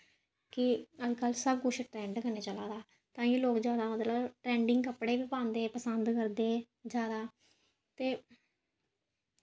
कि अज्ज कल सब कुछ ट्रैंड कन्नै चलै दा ताइयें लोक जादा मतलब ट्रैंडिंग कपड़े गै पांदे पसंद करदे जादा ते